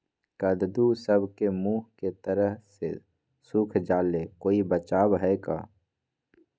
कददु सब के मुँह के तरह से सुख जाले कोई बचाव है का?